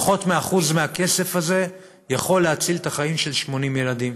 פחות מאחוז מהכסף הזה יכול להציל את החיים של 80 ילדים.